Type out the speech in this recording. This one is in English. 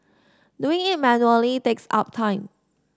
doing it manually takes up time